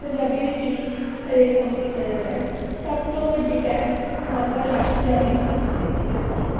ਪੰਜਾਬੀ ਵਿੱਚ ਵੀ ਹਰੇਕ ਕੰਮ ਕੀਤਾ ਜਾਂਦਾ ਹੈ ਸਭ ਤੋਂ ਵੱਡੀ ਪਹਿਲ ਮਾਤ ਭਾਸ਼ਾ ਪੰਜਾਬੀ ਨੂੰ ਹੀ ਦਿੱਤੀ ਜਾਂਦੀ ਹੈ